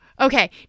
okay